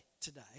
today